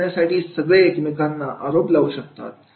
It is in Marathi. खेळ जिंकण्यासाठी सगळे एकमेकांना आरोप लावू शकता